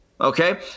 Okay